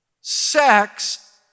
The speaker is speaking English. Sex